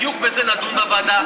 בדיוק בזה נדון בוועדה.